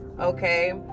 Okay